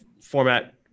format